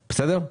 בסדר?